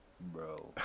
Bro